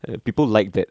and people like that